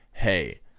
hey